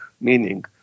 meaning